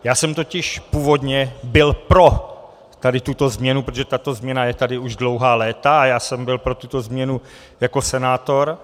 Já jsem totiž původně byl pro tuto změnu, protože tato změna je tady už dlouhá léta a já jsem byl pro tuto změnu jako senátor.